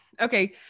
Okay